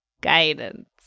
Guidance